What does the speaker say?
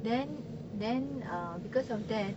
then then uh because of that